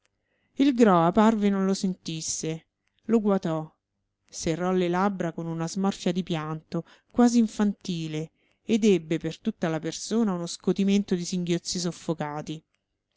papà il groa parve non lo sentisse lo guatò serrò le labbra con una smorfia di pianto quasi infantile ed ebbe per tutta la persona uno scotimento di singhiozzi soffocati